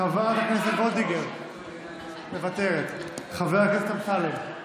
חברת הכנסת וולדיגר, מוותרת, חבר הכנסת אמסלם,